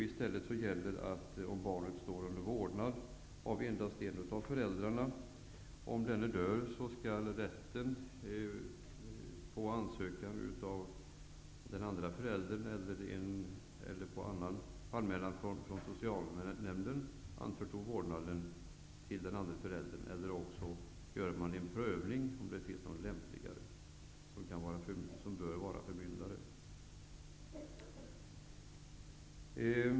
I stället gäller att om barnet står under vårdnad av endast en av föräldrarna och denna dör, skall rätten, efter ansökan från den andra föräldern eller efter anmälan från socialnämnden, anförtro vårdnaden till den andra föräldern. Annars gör man en prövning om det finns någon som är lämpligare som bör vara förmyndare.